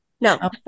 no